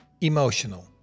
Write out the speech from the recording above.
emotional